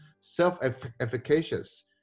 self-efficacious